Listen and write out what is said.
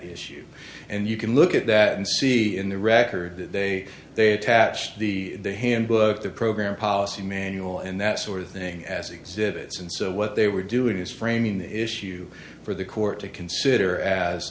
issue and you can look at that and see in the record that they they attached the handbook the program policy manual and that sort of thing as exhibits and so what they were doing is framing the issue for the court to consider as